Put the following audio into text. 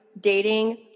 Dating